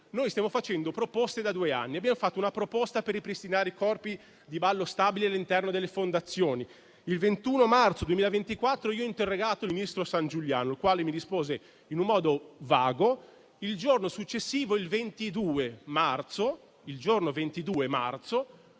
Stiamo facendo proposte da due anni: abbiamo fatto una proposta per ripristinare i corpi di ballo stabili all'interno delle fondazioni; il 21 marzo 2024 ho interrogato il ministro Sangiuliano, il quale mi rispose in modo vago; il giorno successivo, il 22 marzo,